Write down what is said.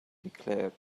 declared